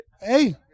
Hey